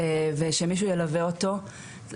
ובעיניי יש פה החמצה גדולה,